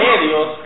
medios